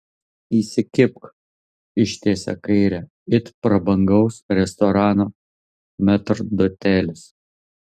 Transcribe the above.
įsikibk ištiesia kairę it prabangaus restorano metrdotelis